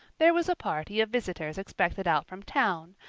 there was a party of visitors expected out from town,